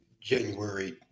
January